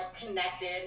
connected